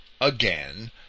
again